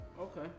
Okay